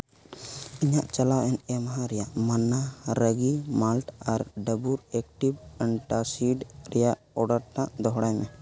ᱤᱧᱟᱹᱜ ᱪᱟᱞᱟᱣᱮᱱ ᱮᱢᱦᱟ ᱨᱮᱭᱟᱜ ᱢᱟᱱᱟ ᱨᱟᱹᱜᱤ ᱢᱟᱞᱴ ᱟᱨ ᱰᱟᱵᱩᱨ ᱮᱠᱴᱤᱵᱽ ᱟᱱᱴᱟᱥᱤᱰ ᱨᱮᱭᱟᱜ ᱚᱰᱟᱨ ᱴᱟᱜ ᱫᱚᱦᱚᱲᱟᱭ ᱢᱮ